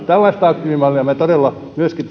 tällaista aktiivimallia me me todella myöskin